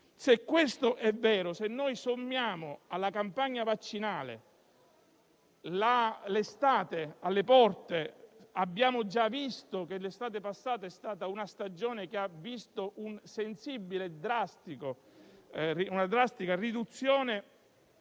Se questo è vero, se noi sommiamo alla campagna vaccinale l'estate alle porte (abbiamo già visto che l'estate passata è stata una stagione che ha conosciuto una drastica riduzione